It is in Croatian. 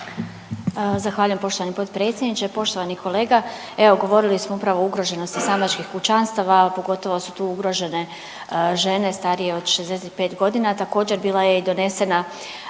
Zahvaljujem poštovani potpredsjedniče. Poštovani kolega, evo govorili smo upravo o ugroženosti samačkih kućanstava, a pogotovo su tu ugrožene žene starije od 65.g., a također bila je i donesena